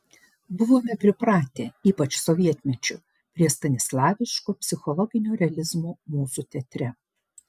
buvome pripratę ypač sovietmečiu prie stanislavskiško psichologinio realizmo mūsų teatre